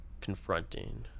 confronting